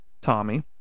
Tommy